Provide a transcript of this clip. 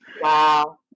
Wow